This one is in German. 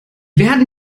werden